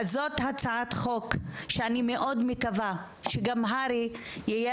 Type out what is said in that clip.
זאת הצעת חוק שאני מאוד מקווה שגם להר"י יהיה